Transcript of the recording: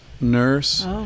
nurse